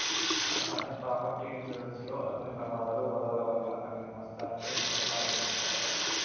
అట్టనే property insurance లో అగ్ని ప్రమాదాలు, వరదల వల్ల కలిగే నస్తాలని పరిహారమిస్తరట